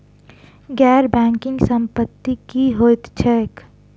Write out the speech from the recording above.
गैर बैंकिंग संपति की होइत छैक?